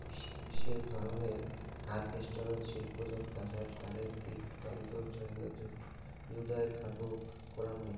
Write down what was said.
বিশেষ ধরনের হারভেস্টারত শিল্পজাত গাঁজার ডালের দিক তন্তুর জইন্যে জুদায় গোটো করাং হই